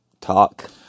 talk